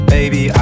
Baby